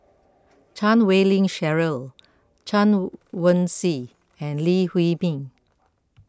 Chan Wei Ling Cheryl Chen Wen Hsi and Lee Huei Min